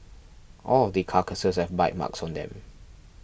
all of the carcasses have bite marks on them